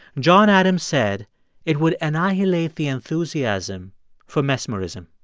john adams said it would annihilate the enthusiasm for mesmerism.